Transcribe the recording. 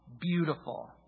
beautiful